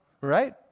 Right